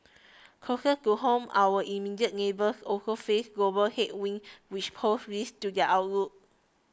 closer to home our immediate neighbours also face global headwinds which pose risks to their outlook